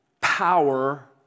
power